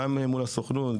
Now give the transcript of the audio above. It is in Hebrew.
גם מול הסוכנות,